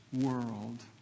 world